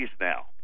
now